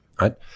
Right